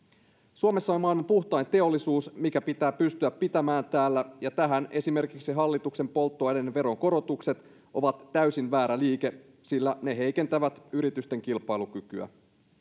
suomessa on maailman puhtain teollisuus mikä pitää pystyä pitämään täällä ja tähän esimerkiksi hallituksen polttoaineiden veronkorotukset ovat täysin väärä liike sillä ne heikentävät yritysten kilpailukykyä